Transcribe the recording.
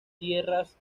tierras